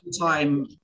time